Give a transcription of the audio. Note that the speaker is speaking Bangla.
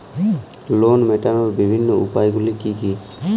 লোন মেটানোর বিভিন্ন উপায়গুলি কী কী?